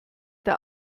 der